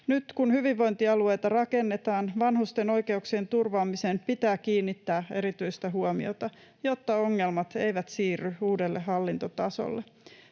Nyt kun hyvinvointialueita rakennetaan, vanhusten oikeuksien turvaamiseen pitää kiinnittää erityistä huomiota, jotta ongelmat eivät siirry uudelle hallintotasolle.